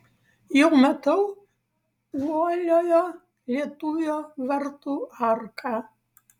jau matau uoliojo lietuvio vartų arką